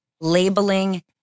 labeling